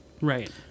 Right